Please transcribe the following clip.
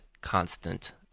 constant